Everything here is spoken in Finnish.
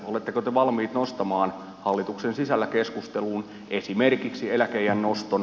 oletteko te valmis nostamaan hallituksen sisällä keskusteluun esimerkiksi eläkeiän noston